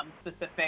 specific